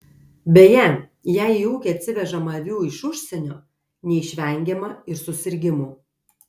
beje jei į ūkį atsivežama avių iš užsienio neišvengiama ir susirgimų